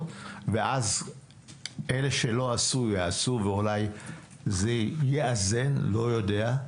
ואז אלה שלא יעשו יעשו אולי זה יאזן לא יודע.